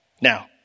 Now